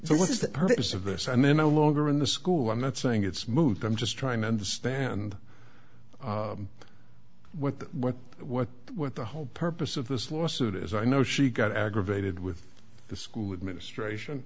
so what is the purpose of this and then a longer in the school i'm not saying it's moot i'm just trying to understand what the what what what the whole purpose of this lawsuit is i know she got aggravated with the school administration